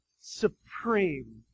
supreme